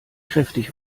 kräftig